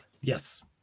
Yes